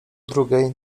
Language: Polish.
drugiej